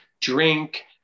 drink